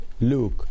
Luke